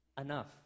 enough